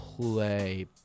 play